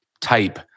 type